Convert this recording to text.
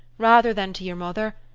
rather than to your mother,